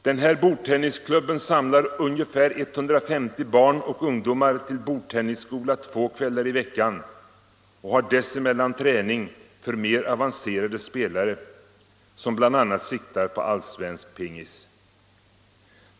Den här bordtennisklubben samlar ungefär 150 barn och ungdomar till ”bordtennisskola” två kvällar i veckan .